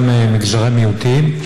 וגם מגזרי מיעוטים,